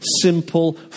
simple